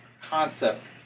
concept